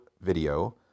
video